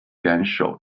选手